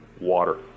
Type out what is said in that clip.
Water